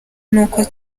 n’uko